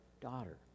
daughter